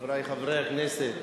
חברי חברי הכנסת,